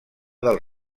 del